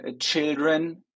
children